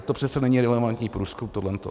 To přece není relevantní průzkum, tohle to.